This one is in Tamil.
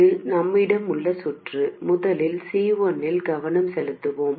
இது நம்மிடம் உள்ள சுற்று முதலில் C1 இல் கவனம் செலுத்துவோம்